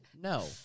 No